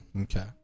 Okay